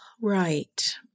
right